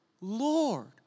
Lord